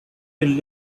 been